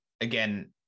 again